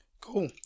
Cool